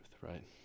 right